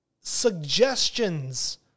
suggestions